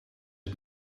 het